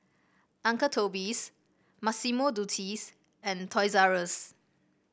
Uncle Toby's Massimo Dutti's and Toys R Us